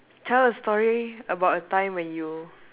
tell a story about a time when you